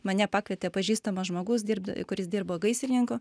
mane pakvietė pažįstamas žmogus dirbt kuris dirbo gaisrininku